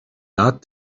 not